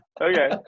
okay